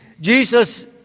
Jesus